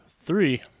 three